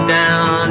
down